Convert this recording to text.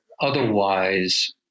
otherwise